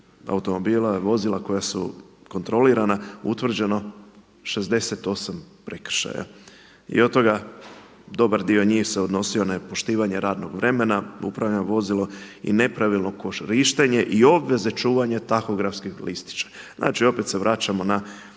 automobila, vozila koja nije se odnosio na poštivanje radnog vremena, upravljanja vozilo i nepravilno korištenje i obveze čuvanja tahografskih listića. Znači opet se vraćamo na